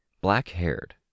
Black-haired